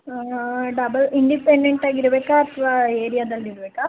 double independent ಆಗಿರಬೇಕಾ ಅಥವಾ ಏರಿಯಾದಲ್ಲಿರಬೇಕಾ